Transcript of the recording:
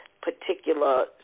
particular